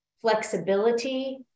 flexibility